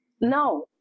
No